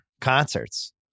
Concerts